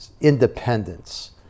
independence